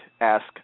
ask